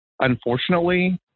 unfortunately